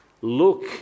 look